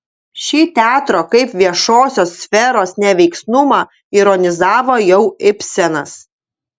šį teatro kaip viešosios sferos neveiksnumą ironizavo jau ibsenas